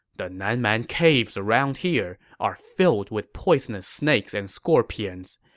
the nan man caves around here are filled with poisonous snakes and scorpions.